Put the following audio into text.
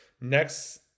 next